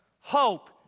Hope